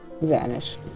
vanish